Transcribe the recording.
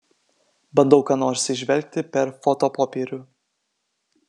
bandau ką nors įžvelgti per fotopopierių